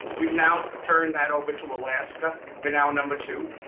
we've now turned that over to alaska. we're now number two.